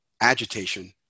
agitation